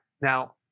Now